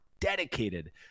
dedicated